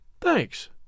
Thanks